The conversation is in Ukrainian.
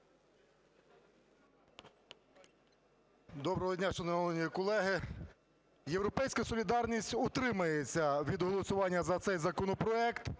Доброго дня, шановні колеги! "Європейська солідарність" утримається від голосування за цей законопроект